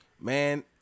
Man